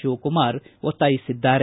ಶಿವಕುಮಾರ್ ಒತ್ತಾಯಿಸಿದ್ದಾರೆ